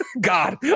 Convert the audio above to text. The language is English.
God